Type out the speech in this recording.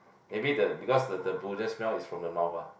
maybe the because the the smell is from the mouth ah